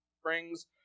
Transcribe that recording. Springs